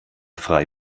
frei